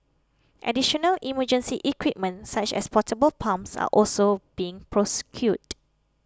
additional emergency equipment such as portable pumps are also being procured